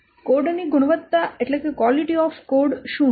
code ની ગુણવત્તા શું હશે